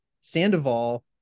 Sandoval